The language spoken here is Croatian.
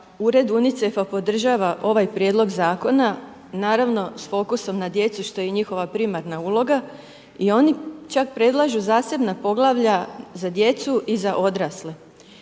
ured UNICEF-a podržava ovaj prijedlog zakona, naravno s fokusom na djeci što je njihova primarna uloga i oni čak predlažu zasebna poglavlja za djecu i za odrasle.